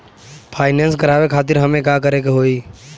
Finance करावे खातिर हमें का करे के होई?